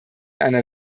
einer